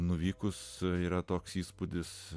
nuvykus yra toks įspūdis